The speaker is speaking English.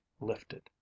lifted